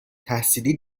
تحصیلی